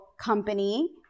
company